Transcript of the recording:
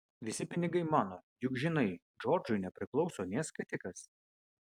visi pinigai mano juk žinai džordžui nepriklauso nė skatikas